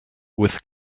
with